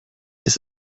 ist